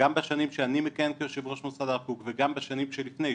גם בשנים שאני מכהן כיושב ראש מוסד הרב קוק וגם בשנים שלפני,